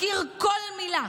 מכיר כל מילה: